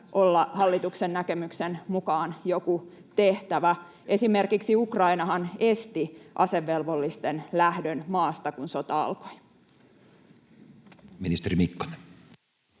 olla hallituksen näkemyksen mukaan joku tehtävä? Esimerkiksi Ukrainahan esti asevelvollisten lähdön maasta, kun sota alkoi. [Speech